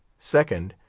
second,